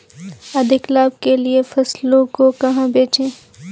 अधिक लाभ के लिए फसलों को कहाँ बेचें?